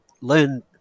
learn